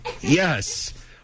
Yes